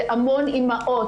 זה המון אימהות,